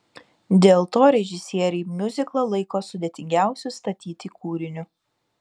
dėl to režisieriai miuziklą laiko sudėtingiausiu statyti kūriniu